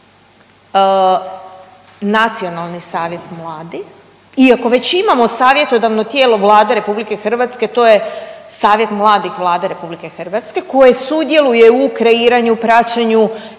Nacionalni savjet mladih iako već imamo savjetodavno tijelo Vlade Republike Hrvatske to je Savjet mladih Vlade Republike Hrvatske koji sudjeluje u kreiranju, praćenju